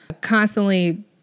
constantly